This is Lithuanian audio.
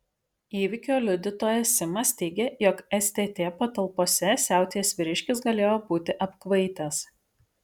įvykio liudytojas simas teigė jog stt patalpose siautėjęs vyriškis galėjo būti apkvaitęs